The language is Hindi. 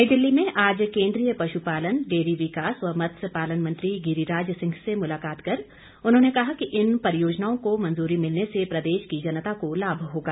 नई दिल्ली में आज केन्द्रीय पशुपालन डेयरी विकास व मत्स्य पालन मंत्री गिरी राज सिंह से मुलाकात कर उन्होंने कहा कि इन परियोजनाओं को मंजूरी मिलने से प्रदेश की जनता को लाभ होगा